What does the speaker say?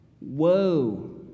Woe